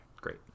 great